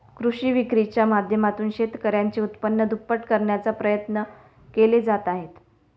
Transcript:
कृषी विक्रीच्या माध्यमातून शेतकऱ्यांचे उत्पन्न दुप्पट करण्याचा प्रयत्न केले जात आहेत